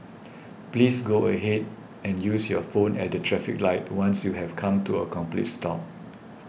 please go ahead and use your phone at the traffic light once you have come to a complete stop